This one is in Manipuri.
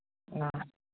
ꯑ